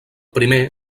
primer